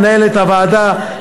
מנהלת הוועדה,